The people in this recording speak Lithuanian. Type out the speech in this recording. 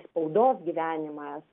į spaudos gyvenimą